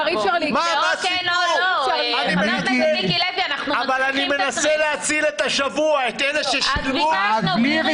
אני מנסה להציל את השבוע, את אלה שקבעו אירועים.